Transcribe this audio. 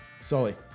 Sully